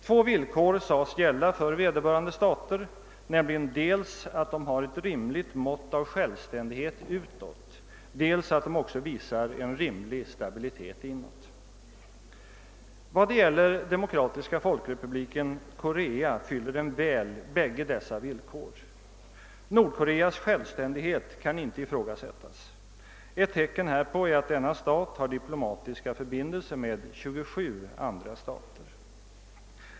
Två krav sades ställas på vederbörande stater, nämligen dels att de har ett rimligt mått av självständighet utåt, dels att de också visar en rimlig stabilitet inåt. Demokratiska folkrepubliken Korea fyller väl bägge dessa villkor. Nordkoreas självständighet kan inte ifrågasättas. Ett tecken härpå är att denna stat har diplomatiska förbindelser med 27 andra stater.